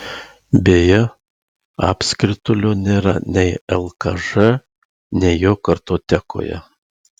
beje apskritulio nėra nei lkž nei jo kartotekoje